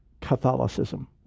Catholicism